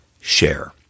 share